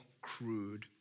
crude